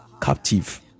captive